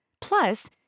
Plus